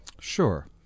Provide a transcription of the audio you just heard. Sure